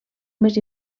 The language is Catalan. més